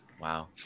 Wow